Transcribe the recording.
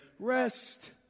Rest